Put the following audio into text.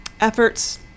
efforts